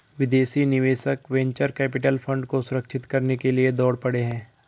विदेशी निवेशक venture capital fund को सुरक्षित करने के लिए दौड़ पड़े हैं